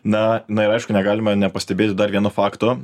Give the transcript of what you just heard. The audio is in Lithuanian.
na na ir aišku negalima nepastebėti dar vieno fakto